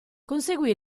conseguì